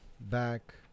back